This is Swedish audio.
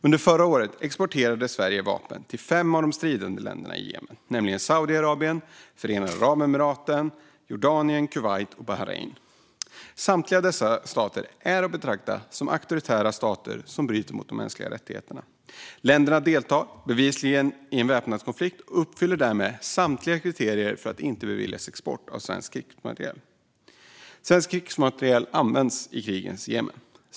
Under förra året exporterade Sverige vapen till fem av de stridande länderna i Jemen, nämligen Saudiarabien, Förenade Arabemiraten, Jordanien, Kuwait och Bahrain. Samtliga dessa stater är att betrakta som auktoritära stater som bryter mot de mänskliga rättigheterna. Länderna deltar bevisligen i en väpnad konflikt och uppfyller därmed samtliga kriterier för att inte beviljas export av svensk krigsmateriel. Svensk krigsmateriel används i kriget i Jemen.